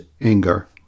anger